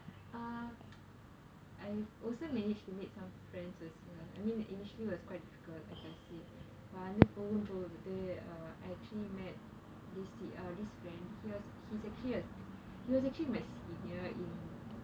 uh I also managed to make some friends also I mean initially was quite difficult like I said but வந்து போக போக:vanthu poga poga uh I actually met this se~ this friend he was he's actually a se~ he was actually my senior in